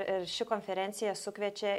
ir ši konferencija sukviečia